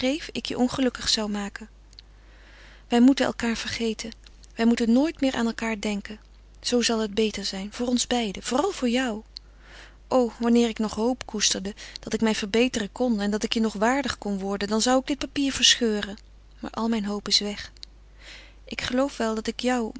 ik je ongelukkig zou maken wij moeten elkaâr vergeten wij moeten nooit meer aan elkaar denken zoo zal het beter zijn voor ons beiden vooral voor jou o wanneer ik nog hoop koesterde dat ik mij verbeteren kon en dat ik je nog waardig kon worden dan zou ik dit papier verscheuren maar al mijn hoop is weg ik geloof wel dat ik jou